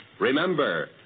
Remember